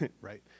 right